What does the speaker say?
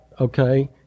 okay